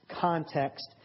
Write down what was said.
context